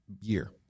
year